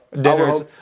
Dinners